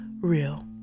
real